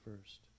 first